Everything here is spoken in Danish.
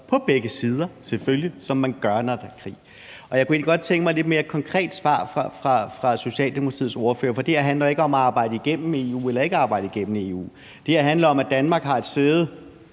på begge sider selvfølgelig, som man gør, når der er krig. Jeg kunne egentlig godt tænke mig et lidt mere konkret svar fra Socialdemokratiets ordfører, for det her handler ikke om at arbejde igennem EU eller ikke arbejde igennem EU – det her handler om, at Danmark har et sæde